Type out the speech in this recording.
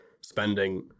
spending